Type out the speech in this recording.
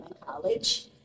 college